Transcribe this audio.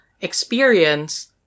experience